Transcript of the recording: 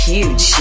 Huge